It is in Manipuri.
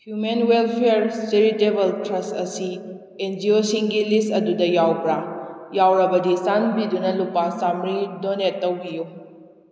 ꯍ꯭ꯌꯨꯃꯦꯟ ꯋꯦꯜꯐꯤꯌꯔ ꯆꯦꯔꯤꯇꯦꯕꯜ ꯊ꯭ꯔꯁ ꯑꯁꯤ ꯑꯦꯟ ꯖꯤ ꯌꯣꯁꯤꯡꯒꯤ ꯂꯤꯁ ꯑꯗꯨꯗ ꯌꯥꯎꯕ꯭ꯔꯥ ꯌꯥꯎꯔꯒꯗꯤ ꯆꯥꯟꯕꯤꯗꯨꯅ ꯂꯨꯄꯥ ꯆꯃꯔꯤ ꯗꯣꯅꯦꯠ ꯇꯧꯕꯤꯌꯨ